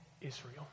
Israel